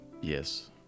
Yes